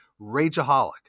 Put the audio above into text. rageaholic